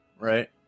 right